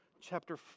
chapter